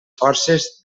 forces